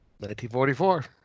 1944